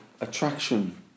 attraction